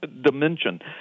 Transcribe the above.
dimension